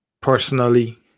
personally